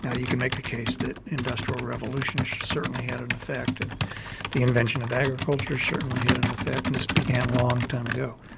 yeah you can make the case that industrial revolutions certainly had an effect and the invention of agriculture certainly had an effect and this began a long time ago,